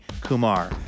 Kumar